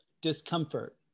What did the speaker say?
discomfort